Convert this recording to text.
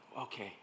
okay